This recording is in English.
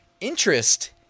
interest